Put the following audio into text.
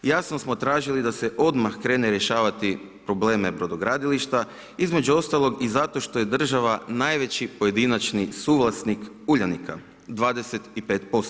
Jasno smo tražili da se odmah krene rješavati probleme brodogradilišta, između ostalog i zato što je država najveći pojedinačni suvlasnik Uljanika 25%